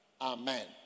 Amen